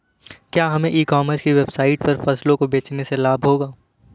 क्या हमें e commerce की वेबसाइट पर फसलों को बेचने से लाभ होगा?